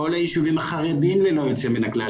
כל היישובים החרדים ללא יוצא מן הכלל,